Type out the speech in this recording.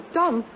done